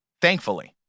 Thankfully